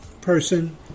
person